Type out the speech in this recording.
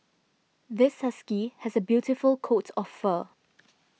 this husky has a beautiful coat of fur